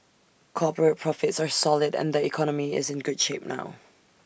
corporate profits are solid and the economy is in good shape now